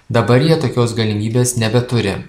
dabar jie tokios galimybės nebeturi